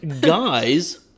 guys